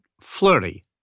Flirty